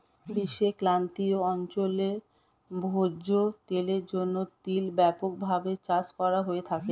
বিশ্বের ক্রান্তীয় অঞ্চলে ভোজ্য তেলের জন্য তিল ব্যাপকভাবে চাষ করা হয়ে থাকে